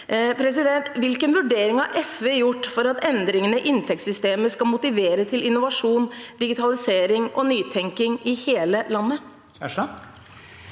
Hvilken vurdering har SV gjort for at endringene i inntektssystemet skal motivere til innovasjon, digitalisering og nytenking i hele landet?